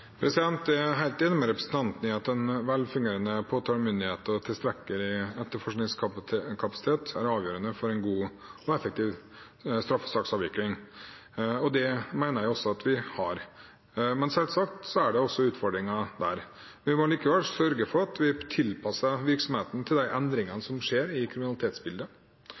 Jeg er helt enig med representanten i at en velfungerende påtalemyndighet og tilstrekkelig etterforskningskapasitet er avgjørende for en god og effektiv straffesaksavvikling. Det mener jeg også at vi har. Men selvsagt er det utfordringer der. Vi må likevel sørge for at vi tilpasser virksomheten til de endringene som skjer i kriminalitetsbildet.